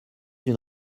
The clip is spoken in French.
une